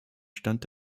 stand